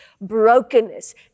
brokenness